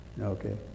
Okay